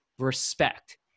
respect